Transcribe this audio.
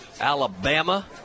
Alabama